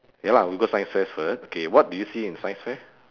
ya lah we go science fair first okay what do you see in science fair